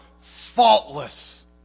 faultless